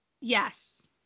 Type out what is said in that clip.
Yes